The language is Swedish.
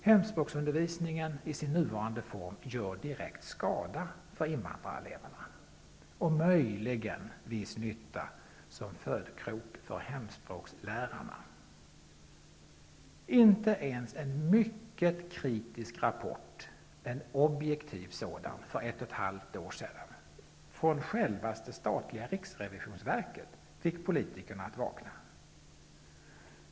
Hemspråksundervisningen i sin nuvarande form gör direkt skada för invandrareleverna och, möjligen, viss nytta som födkrok för hemspråkslärarna. Inte ens en mycket kritisk, objektiv rapport för ett och ett halvt år sedan, från självaste statliga riksrevisionsverket, fick politikerna att vakna.